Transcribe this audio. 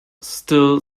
still